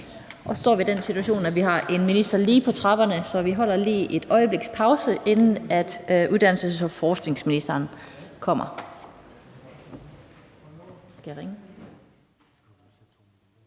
Så står vi i den situation, at vi har en minister, som er lige på trapperne, så vi holder lige et øjebliks pause, indtil uddannelses- og forskningsministeren kommer.